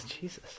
Jesus